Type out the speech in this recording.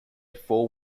four